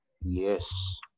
Yes